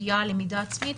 שהייה ללמידה עצמית,